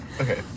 Okay